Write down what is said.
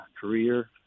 career